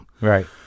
Right